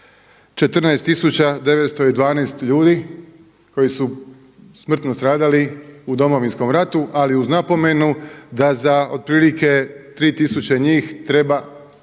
912. ljudi koji su smrtno stradali u Domovinskom ratu ali uz napomenu da za otprilike 3 tisuće njih treba